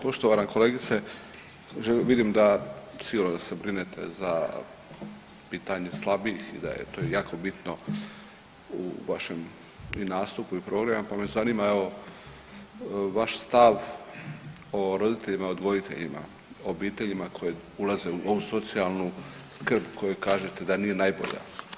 Poštovana kolegice vidim da silno se brinete za pitanje slabijih i da je to jako bitno u vašem i nastupu i programu pa me zanima evo vaš stav o roditeljima odgojiteljima, obiteljima koje ulaze u ovu socijalnu skrb koju kažete da nije najbolja.